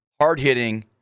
hard-hitting